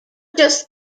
just